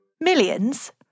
Millions